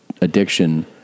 addiction